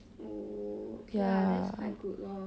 oh okay lah that's quite good lor